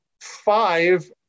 five